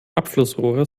abflussrohre